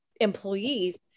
employees